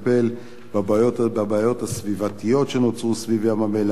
בבעיות הסביבתיות שנוצרו סביב ים-המלח,